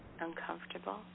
uncomfortable